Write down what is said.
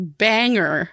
banger